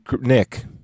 Nick